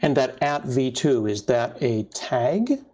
and that at v two, is that a tag?